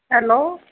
hello